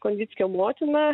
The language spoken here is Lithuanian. konvickio motina